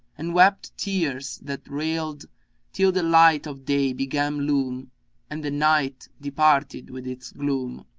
and wept tears that railed till the light of day began loom and the night departed with its gloom.